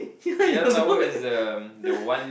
K_L tower is the the one